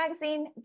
Magazine